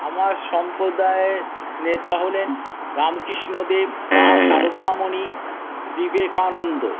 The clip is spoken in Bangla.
আমার সম্প্রদায়ে নেতা হলেন রামকৃষ্ণ দেব মা সারদামণি বিবেকানন্দ